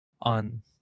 on